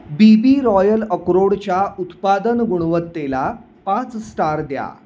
बी B royal अक्रोडच्या उत्पादन गुणवत्तेला पाच स्टार द्या